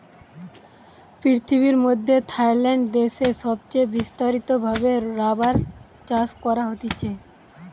পৃথিবীর মধ্যে থাইল্যান্ড দেশে সবচে বিস্তারিত ভাবে রাবার চাষ করা হতিছে